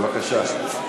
בבקשה.